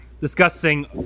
discussing